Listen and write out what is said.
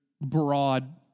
broad